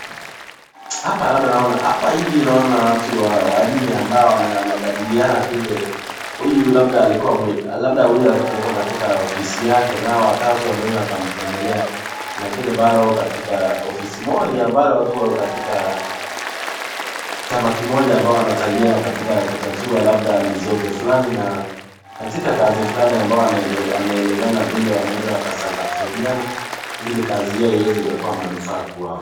Hapa hivi naona watu wanne ambao wanajadiliana vile, huyu labda alikuwa katika ofisi yake na hawa watatu wameweza wakamtembelea lakini bado wako katika ofisi moja, bado tu wako kamati moja wanasaidiana kutatu mizozo fulani na katika kazi fulani ambayo wanaelezana vile wakasaidiana ili kazi hiyo iwezo kuwa manufaa kwao.